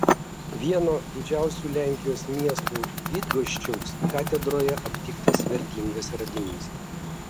vieno didžiausių lenkijos miestų bydgoščiaus katedroje aptiktas vertingas radinys